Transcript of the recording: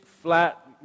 Flat